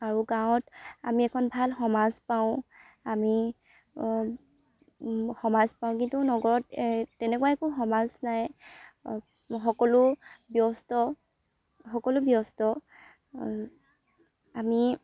আৰু গাঁৱত আমি এখন ভাল সমাজ পাওঁ আমি সমাজ পাওঁ কিন্তু নগৰত তেনেকুৱা একো সমাজ নাই সকলো ব্যস্ত সকলো ব্যস্ত আমি